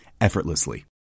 effortlessly